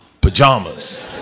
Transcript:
pajamas